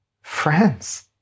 friends